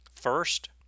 First